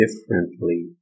differently